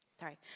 sorry